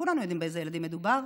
כולנו יודעים באיזה ילדים מדובר,